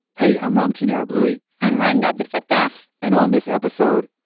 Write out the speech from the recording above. hey, i'm ramtin arablouei i'm rund abdelfatah and on this episode,